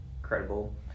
incredible